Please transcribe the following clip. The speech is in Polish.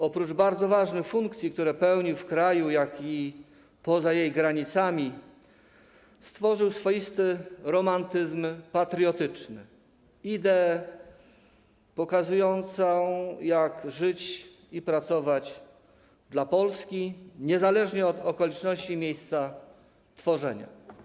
Oprócz bardzo ważnych funkcji, które pełnił zarówno w kraju, jak i poza jego granicami, stworzył swoisty romantyzm patriotyczny, ideę pokazującą, jak żyć i pracować dla Polski, niezależnie od okoliczności i miejsca tworzenia.